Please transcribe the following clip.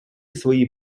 свої